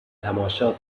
تماشا